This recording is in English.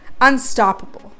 unstoppable